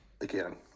again